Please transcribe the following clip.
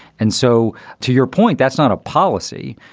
and so to your point, that's not a policy.